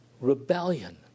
Rebellion